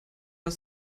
das